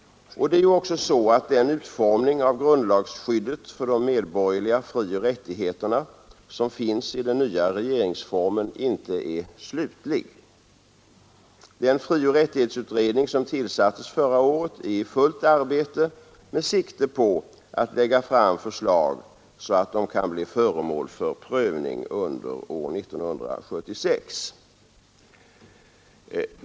Det är ju också så att den utformning av grundlagsskyddet för de medborgerliga frioch rättigheterna som finns i den nya regeringsformen inte är slutlig. Den frioch rättighetsutredning som tillsattes förra året är i fullt arbete med sikte på att lägga fram förslag, så att de kan bli föremål för prövning under 1976.